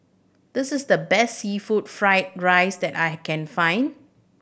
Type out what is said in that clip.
this is the best seafood fried rice that I can find